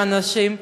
לאנשים,